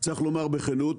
צריך לומר בכנות,